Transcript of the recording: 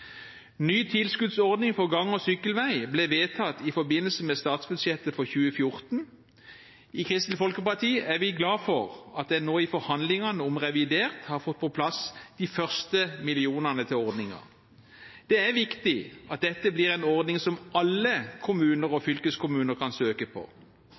Ny tilskuddsordning for gang- og sykkelvei ble vedtatt i forbindelse med statsbudsjettet for 2014. I Kristelig Folkeparti er vi glade for at en nå i forhandlingene om revidert har fått på plass de første millionene til ordningen. Det er viktig at dette blir en ordning som alle kommuner og fylkeskommuner kan søke på.